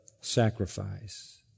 sacrifice